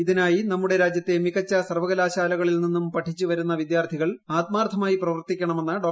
ഇതിനായി നമ്മുടെ രാജ്യത്തെ മികച്ച സർവ്വകലാശാലകളിൽ നിന്നും പഠിച്ചുവരുന്ന വിദ്യാർത്ഥികൾ ആത്മാർത്ഥമായി പ്രവർത്തിക്കണമെന്ന് ഡോ